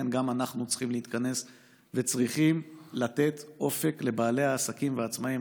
גם אנחנו צריכים להתכנס וצריכים לתת אופק לבעלי העסקים והעצמאים.